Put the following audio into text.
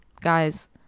guys